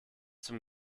zum